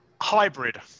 Hybrid